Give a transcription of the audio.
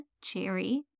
cherry